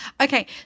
Okay